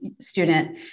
student